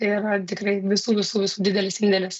tai yra tikrai visų visų visų didelis indėlis